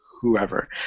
whoever